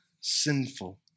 sinful